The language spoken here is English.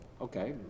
Okay